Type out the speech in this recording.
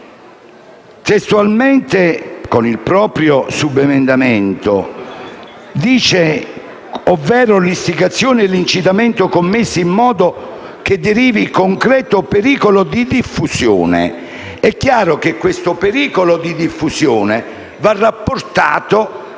questo Senato, con il proprio emendamento dice testualmente «ovvero l'istigazione e l'incitamento commessi in modo che derivi concreto pericolo di diffusione», è chiaro che questo pericolo di diffusione va rapportato